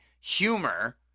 humor